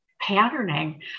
patterning